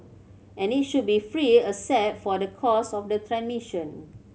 and it should be free except for the cost of the transmission